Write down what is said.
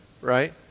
right